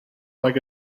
like